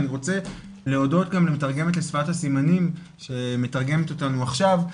אני רוצה גם להודות למתרגמת לשפת הסימנים שמתרגמת אותנו עכשיו,